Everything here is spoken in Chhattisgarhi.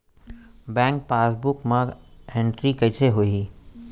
बैंक पासबुक मा एंटरी कइसे होही?